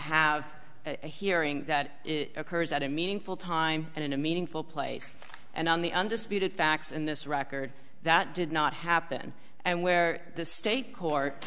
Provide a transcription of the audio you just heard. have a hearing that occurs at a meaningful time and in a meaningful place and on the undisputed facts in this record that did not happen and where the state court